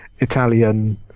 Italian